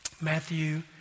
Matthew